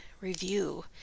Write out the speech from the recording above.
review